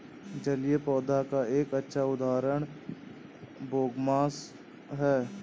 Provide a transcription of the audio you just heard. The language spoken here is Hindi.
जलीय पौधों का एक अच्छा उदाहरण बोगमास है